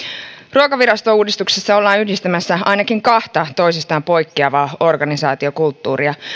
ruokavirastouudistuksessa ollaan yhdistämässä ainakin kahta toisistaan poikkeavaa organisaatiokulttuuria